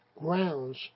grounds